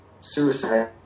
Suicide